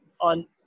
on